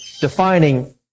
defining